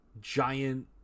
giant